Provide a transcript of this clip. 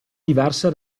diverse